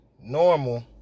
normal